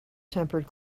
tempered